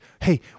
Hey